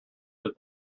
that